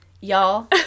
y'all